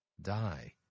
die